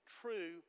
true